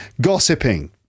gossiping